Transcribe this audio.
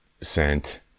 sent